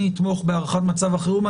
אני אתמוך בהערכת מצב החירום.